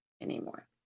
anymore